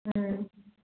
ꯎꯝ